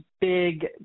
big